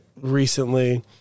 recently